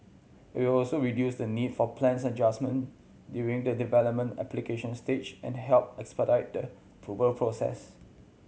it will also reduce the need for plans adjustment during the development application stage and help expedite the approval process